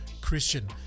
Christian